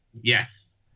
Yes